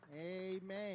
Amen